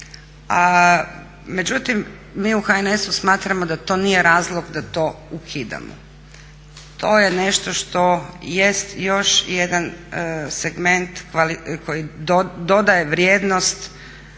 Međutim, mi u HNS-u smatramo da to nije razlog da to ukidamo. To je nešto što jest još jedan segment koji dodaje vrijednost